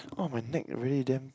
oh my neck really damn